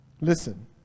listen